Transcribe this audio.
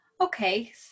Okay